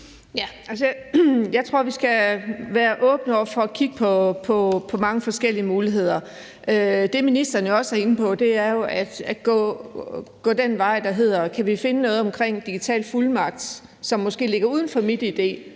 Jeg tror, at vi skal være åbne over for at kigge på mange forskellige muligheder. Det, ministeren også er inde på, er jo at gå den vej, der hedder: Kan vi finde noget omkring digital fuldmagt, som måske ligger uden for MitID,